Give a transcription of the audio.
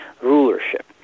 rulership